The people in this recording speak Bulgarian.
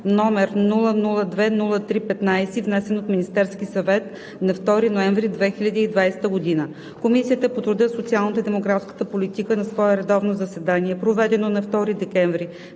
г., № 002-03-15, внесен от Министерския съвет на 2 ноември 2020 г. Комисията по труда, социалната и демографската политика на свое редовно заседание, проведено на 2 декември